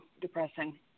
depressing